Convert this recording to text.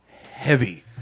heavy